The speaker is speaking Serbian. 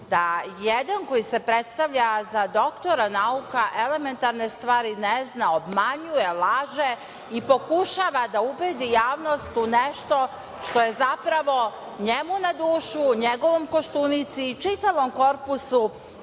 da jedan koji se predstavlja za doktora nauka elementarne stvari ne zna, obmanjuje, laže i pokušava da ubedi javnost u nešto što je zapravo njemu na dušu, njegovom Koštunici, čitavom korpusu